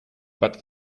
but